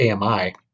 AMI